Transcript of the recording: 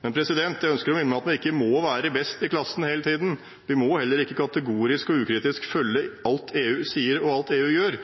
men jeg ønsker å minne om at vi ikke må være best i klassen hele tiden. Vi må heller ikke kategorisk og ukritisk følge alt EU sier og alt EU gjør.